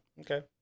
Okay